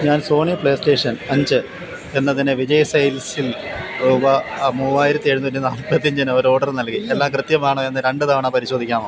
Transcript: ഞാൻ Sony PlayStation അഞ്ച് എന്നതിന് വിജയ് സെയിൽസിൽ രൂപ മൂവ്വായിരത്തി എഴുന്നൂറ്റി നാല്പത്തിയഞ്ചിന് ഒരു ഓർഡർ നൽകി എല്ലാം കൃത്യമാണോയെന്ന് രണ്ടുതവണ പരിശോധിക്കാമോ